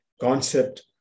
concept